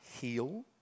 heal